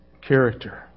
character